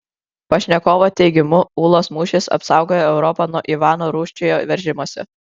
pašnekovo teigimu ūlos mūšis apsaugojo europą nuo ivano rūsčiojo veržimosi